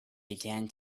began